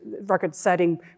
record-setting